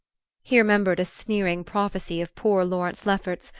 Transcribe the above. he remembered a sneering prophecy of poor lawrence lefferts's,